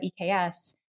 EKS